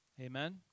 Amen